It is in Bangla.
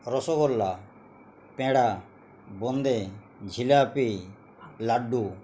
রসগোল্লা প্যাঁরা বোঁদে জিলাপি লাড্ডু